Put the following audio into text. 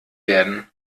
werden